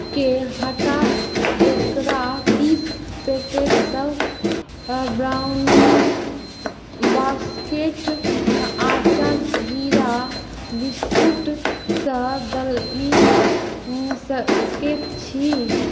के हटा एकरा तीस पैकेटसभ ब्राउनीज बास्केट आटा जीरा बिस्कुट सँ बदलि सकैत छी